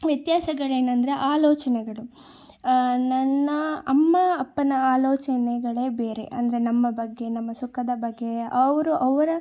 ವ್ಯತ್ಯಾಸಗಳೇನಂದರೆ ಆಲೋಚನೆಗಳು ನನ್ನ ಅಮ್ಮ ಅಪ್ಪನ ಆಲೋಚನೆಗಳೇ ಬೇರೆ ಅಂದರೆ ನಮ್ಮ ಬಗ್ಗೆ ನಮ್ಮ ಸುಖದ ಬಗ್ಗೆ ಅವರು ಅವರ